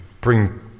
bring